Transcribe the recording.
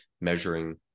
measuring